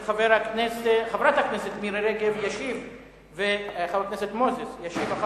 מאת חברי הכנסת מירי רגב ואליעזר מוזס.